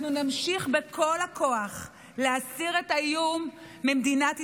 אנחנו נמשיך בכל הכוח להסיר את האיום ממדינת ישראל,